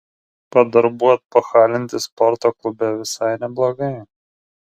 po darbų atpachalinti sporto klube visai neblogai